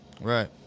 Right